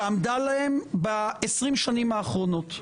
שעמדה להם ב-20 השנים האחרונות.